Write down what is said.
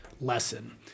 lesson